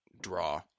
draw